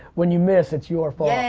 when you miss, it's your